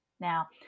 Now